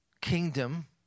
kingdom